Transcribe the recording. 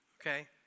okay